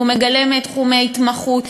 והוא מגלם תחומי התמחות,